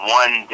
one